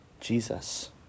Jesus